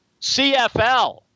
CFL